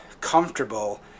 comfortable